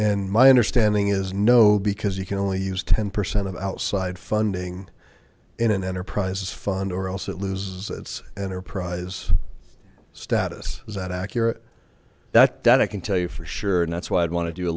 and my understanding is no because you can only use ten percent of outside funding in an enterprise as fund or else it loses its enterprise status is that accurate that data i can tell you for sure and that's why i'd want to do a